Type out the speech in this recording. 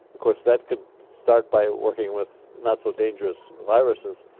of course that could start by working with not so dangerous viruses,